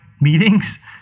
meetings